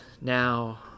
now